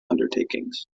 undertakings